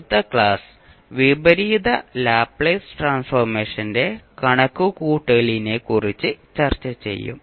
അടുത്ത ക്ലാസ് വിപരീത ലാപ്ലേസ് ട്രാൻസ്ഫോർമേഷന്റെ കണക്കുകൂട്ടലിനെക്കുറിച്ച് ചർച്ച ചെയ്യും